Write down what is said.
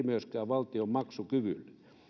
myöskään valtion maksukyvylle